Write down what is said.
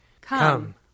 Come